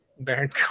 Baron